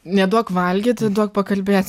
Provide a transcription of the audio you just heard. neduok valgyti duok pakalbėt